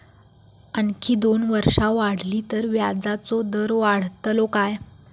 आणखी दोन वर्षा वाढली तर व्याजाचो दर वाढतलो काय?